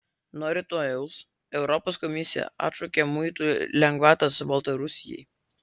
nuo rytojaus europos komisija atšaukia muitų lengvatas baltarusijai